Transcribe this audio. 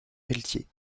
peltier